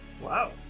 Wow